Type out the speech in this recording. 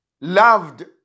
loved